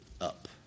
up